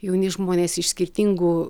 jauni žmonės iš skirtingų